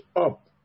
up